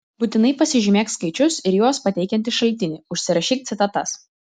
būtinai pasižymėk skaičius ir juos pateikiantį šaltinį užsirašyk citatas